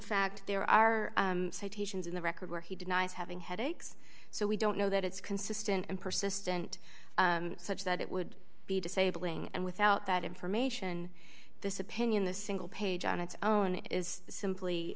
fact there are patients in the record where he denies having headaches so we don't know that it's consistent and persistent such that it would be disabling and without that information this opinion the single page on it's own is simply